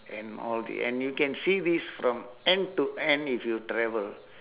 and all the and you can see this from end to end if you travel